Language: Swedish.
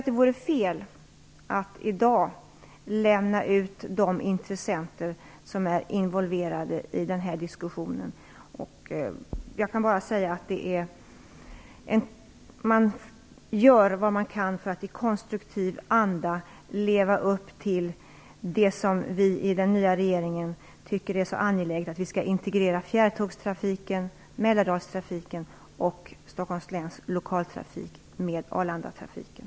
Det vore fel att i dag lämna ut de intressenter som är involverade i diskussionen. Jag kan bara säga att de gör vad de kan för att i konstruktiv anda leva upp till det som vi i den nya regeringen tycker är så angeläget, att vi skall integrera fjärrtågstrafiken, Mälardalstrafiken och Stockholms läns lokaltrafik med Arlandatrafiken.